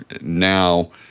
now